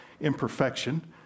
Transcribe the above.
imperfection